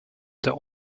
der